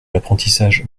l’apprentissage